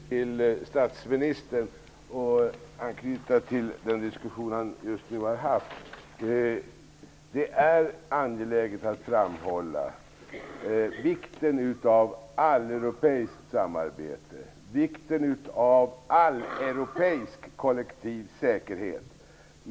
Fru talman! Jag vill vända mig till statsministern och anknyta till den diskussion han just nu har haft. Det är angeläget att framhålla vikten av alleuropeiskt samarbete och vikten av alleuropeisk kollektiv säkerhet.